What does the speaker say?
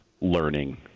learning